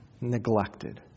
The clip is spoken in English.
Neglected